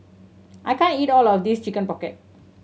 I can't eat all of this Chicken Pocket